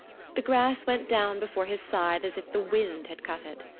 the grass went down before his scythe as if the wind had cut it.